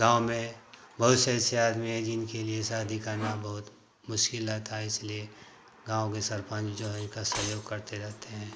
गाँव में बहुत से ऐसे आदमी हैं जिनके लिए शादी करना बहुत मुश्किल रहता है इसलिए गाँव के सरपंच जो हैं इनका सहयोग करते रहते हैं